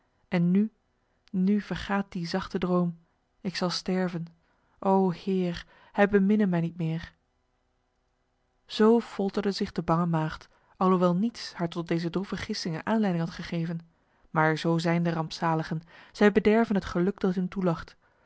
hoop bewaard en nu nu vergaat die zachte droom ik zal sterven o heer hij beminne mij niet meer zo folterde zich de bange maagd alhoewel niets haar tot deze droeve gissingen aanleiding had gegeven maar zo zijn de rampzaligen zij bederven het geluk dat hun toelacht